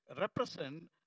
represent